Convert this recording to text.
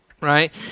right